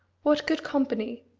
what good company!